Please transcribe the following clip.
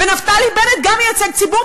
ונפתלי בנט גם מייצג ציבור,